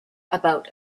about